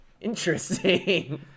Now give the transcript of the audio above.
interesting